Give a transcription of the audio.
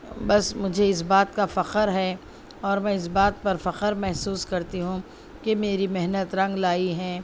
بس مجھے اس بات کا فخر ہے اور میں اس بات پر فخر محسوس کرتی ہوں کہ میری محنت رنگ لائی ہیں